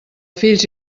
fills